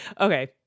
Okay